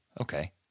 Okay